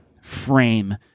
frame